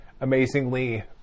amazingly